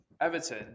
Everton